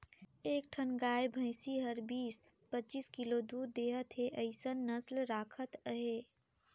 एक ठन गाय भइसी हर बीस, पचीस किलो दूद देहत हे अइसन नसल राखत अहे